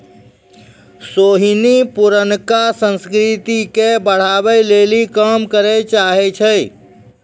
सोहिनी पुरानका संस्कृति के बढ़ाबै लेली काम करै चाहै छै